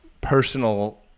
personal